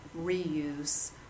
reuse